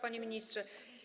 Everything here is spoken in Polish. Panie Ministrze!